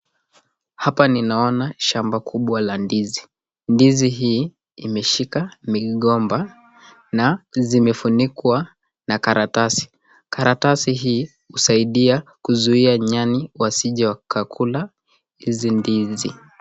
Hapa ninaona shamba kubwa la ndizi, ndizi hii imeshika migomba na zimefunikwa na karatasi ,karatasi hii husaidia kuzuia nyani wasije wa kakula hizi ndizi.